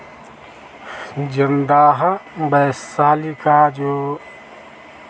जमदाहा वैशाली का जो